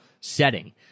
setting